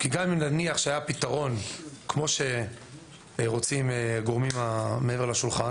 כי גם אם נניח שהיה פתרון כמו שרוצים הגורמים שמעבר לשולחן,